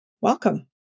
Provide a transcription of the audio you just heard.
Welcome